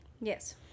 Yes